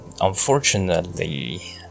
unfortunately